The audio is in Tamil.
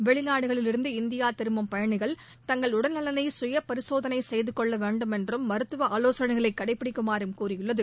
வெளிநாடுகளிலிருந்து இந்தியா திரும்பும் பயணிகள் தங்கள் உடல் நலனை சுய பரிசோதனை செய்து கொள்ள வேண்டுமென்றும் மருத்துவ ஆலோசனைகளை கடைபிடிக்குமாறும் கூறியுள்ளது